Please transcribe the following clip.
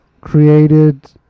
created